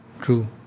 True